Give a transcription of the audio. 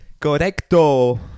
Correcto